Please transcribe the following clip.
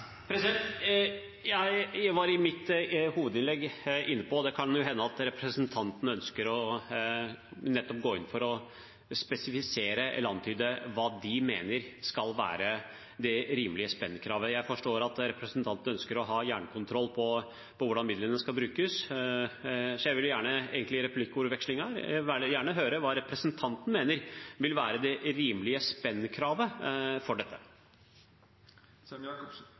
Jeg var i mitt hovedinnlegg inne på spendkrav – det kan jo hende at representanten ønsker å gå inn for å spesifisere eller antyde hva de mener skal være det rimelige spendkravet. Jeg forstår at representanten ønsker å ha jernkontroll på hvordan midlene skal brukes, så jeg vil i replikkvekslingen her gjerne høre hva representanten mener vil være det rimelige spendkravet for